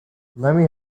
lemme